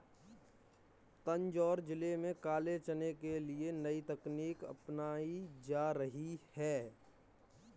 तंजौर जिले में काले चने के लिए नई तकनीकें अपनाई जा रही हैं